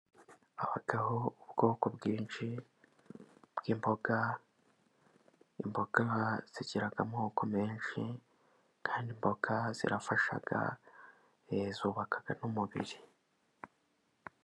Habaho ubwoko bwinshi bw'imboga. Imboga zigira amoko menshi kandi zirafasha, zubaka n'umubiri.